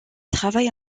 travaille